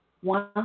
one